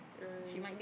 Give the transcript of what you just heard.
ah